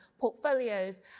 portfolios